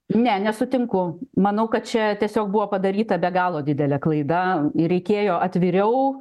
ne nesutinku manau kad čia tiesiog buvo padaryta be galo didelė klaida ir reikėjo atviriau